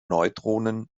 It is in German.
neutronen